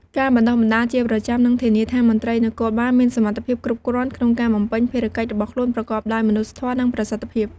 ការបណ្ដុះបណ្ដាលជាប្រចាំនឹងធានាថា មន្ត្រីនគរបាលមានសមត្ថភាពគ្រប់គ្រាន់ក្នុងការបំពេញភារកិច្ចរបស់ខ្លួនប្រកបដោយមនុស្សធម៌ និងប្រសិទ្ធភាព។